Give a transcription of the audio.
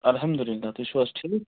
الحمداللہ تُہۍ چھِو حظ ٹھیٖک